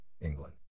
England